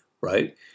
right